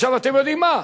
עכשיו, אתם יודעים מה?